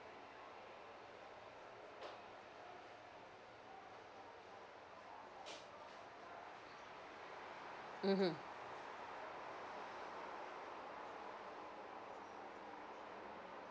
mmhmm